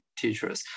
teachers